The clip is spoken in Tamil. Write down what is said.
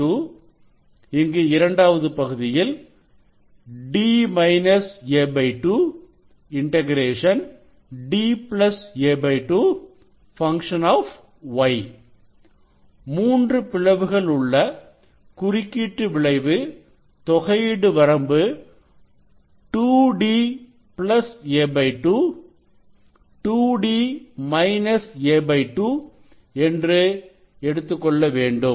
E C a2 ʃ a2 f C d a2 ʃ da2 f மூன்று பிளவுகள் உள்ள குறுக்கீட்டு விளைவு தொகையீடு வரம்பு 2d plus a2 2d minus a2 என்று எடுத்துக் கொள்ள வேண்டும்